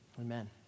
Amen